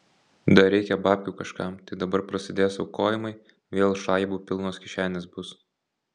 dar reikia babkių kažkam tai dabar prasidės aukojimai vėl šaibų pilnos kišenės bus